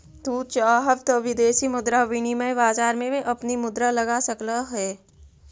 तू चाहव त विदेशी मुद्रा विनिमय बाजार में अपनी मुद्रा लगा सकलअ हे